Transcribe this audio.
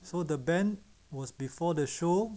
so the band was before the show